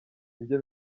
ibyo